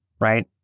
right